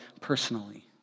personally